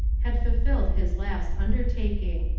had fulfilled his last undertaking.